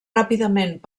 ràpidament